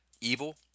evil